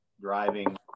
driving